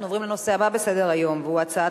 אנחנו עוברים לנושא הבא בסדר-היום: הצעת